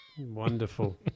wonderful